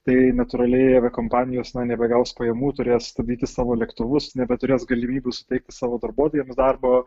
tai natūraliai aviakompanijos nebegaus pajamų turės stabdyti savo lėktuvus nebeturės galimybių suteikt savo darbuotojams darbo